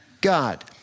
God